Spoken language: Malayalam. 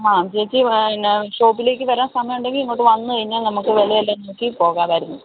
അ ചേച്ചി പിന്നെ ഷോപ്പിലേക്ക് വരാൻ സമയമുണ്ടെങ്കിൽ ഇങ്ങോട്ട് വന്നുകഴിഞ്ഞാൽ നമുക്ക് വിലയെല്ലാം നോക്കി പോകാമായിരുന്നു